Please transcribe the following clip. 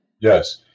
yes